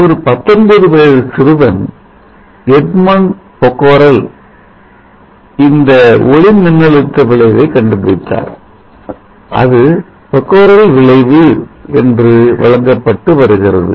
ஒரு 19 வயது சிறுவன் எட்மொண்ட் பெக்கோரல் இந்த ஒளிமின்னழுத்த விளைவை கண்டுபிடித்தார் அது பெக்கோரல் விளைவு என்று வழங்கப்பட்டு வருகிறது